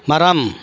மரம்